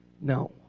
no